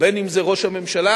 אם ראש הממשלה